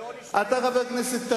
אתה חבר כנסת טרי,